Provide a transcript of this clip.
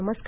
नमस्कार